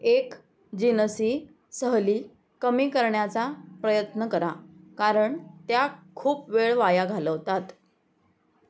एक जिनसी सहली कमी करण्याचा प्रयत्न करा कारण त्या खूप वेळ वाया घालवतात